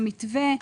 -- כמו שבמתווה,